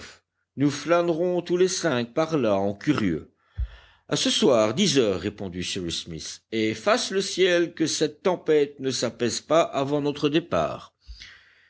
nous flânerons tous les cinq par là en curieux à ce soir dix heures répondit cyrus smith et fasse le ciel que cette tempête ne s'apaise pas avant notre départ